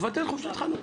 תבטל את חופשת חנוכה,